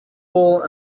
full